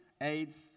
aids